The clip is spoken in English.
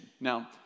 Now